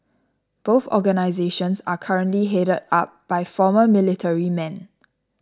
both organisations are currently headed up by former military men